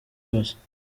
yose